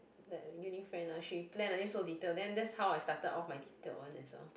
that uni friend ah she plan until so detailed then that's how I started off my detailed one as well